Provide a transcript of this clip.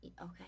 Okay